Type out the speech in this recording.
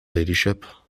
ladyship